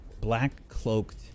black-cloaked